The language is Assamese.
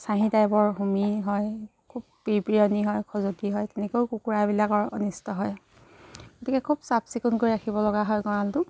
চাহী টাইপৰ হুমি হয় খুব পিৰ পিৰনি হয় খজুৱতি হয় তেনেকৈও কুকুৰাবিলাকৰ অনিষ্ট হয় গতিকে খুব চাফ চিকুণ কৰি ৰাখিব লগা হয় গঁৰালটো